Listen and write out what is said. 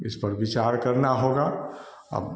इसपर विचार करना होगा अब